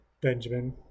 benjamin